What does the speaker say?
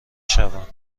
شوم